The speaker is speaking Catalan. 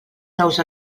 nous